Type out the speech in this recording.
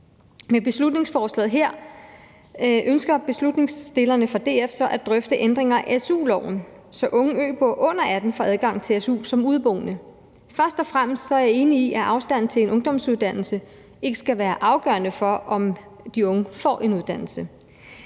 Med beslutningsforslaget her ønsker forslagsstillerne fra DF så at drøfte ændringer af su-loven, så unge øboere under 18 år får adgang til su som udeboende. Først og fremmest er jeg enig i, at afstanden til en ungdomsuddannelse ikke skal være afgørende for, om de unge får en uddannelse,